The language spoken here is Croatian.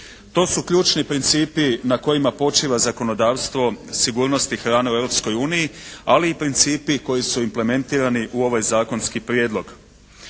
To su ključni principi na kojima počiva zakonodavstvo sigurnosti hrane u Europskoj uniji, ali i principi koji su implementirani u ovaj zakonski prijedlog.